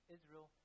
Israel